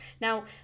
Now